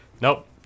Nope